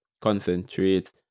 concentrate